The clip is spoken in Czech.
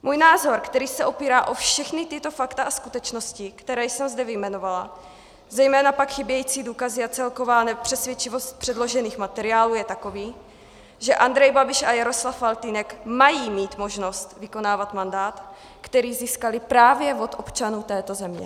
Můj názor, který se opírá o všechna tato fakta, a skutečnosti, které jsem zde vyjmenovala, zejména pak chybějící důkazy a celková nepřesvědčivost předložených materiálů je takový, že Andrej Babiš a Jaroslav Faltýnek mají mít možnost vykonávat mandát, který získali právě od občanů této země.